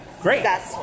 Great